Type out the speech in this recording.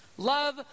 Love